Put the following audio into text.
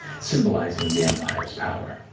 symbolizing the empire's power.